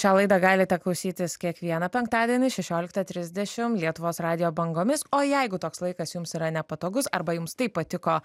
šią laidą galite klausytis kiekvieną penktadienį šešioliktą trisdešimt lietuvos radijo bangomis o jeigu toks laikas jums yra nepatogus arba jums taip patiko